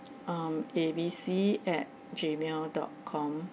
um A_B_C at gmail dot com